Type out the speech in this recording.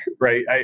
right